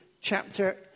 chapter